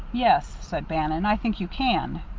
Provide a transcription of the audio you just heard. yes, said bannon, i think you can.